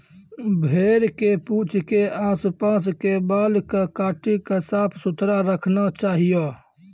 भेड़ के पूंछ के आस पास के बाल कॅ काटी क साफ सुथरा रखना चाहियो